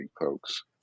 folks